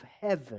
heaven